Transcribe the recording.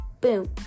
boom